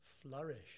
flourish